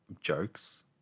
jokes